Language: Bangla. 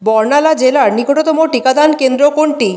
বর্নালা জেলার নিকটতম টিকাদান কেন্দ্র কোনটি